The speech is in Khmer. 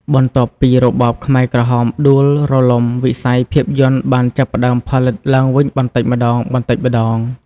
បន្ទាប់ពីរបបខ្មែរក្រហមដួលរលំ វិស័យភាពយន្តបានចាប់ផ្តើមផលិតឡើងវិញបន្តិចម្តងៗ។